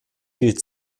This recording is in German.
gilt